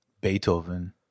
Beethoven